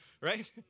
Right